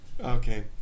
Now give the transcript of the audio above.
Okay